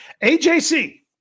AJC